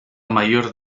mayor